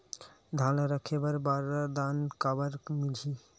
धान ल रखे बर बारदाना काबर मिलही?